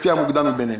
לפי המוקדם מביניהם.